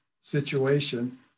situation